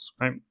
right